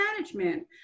management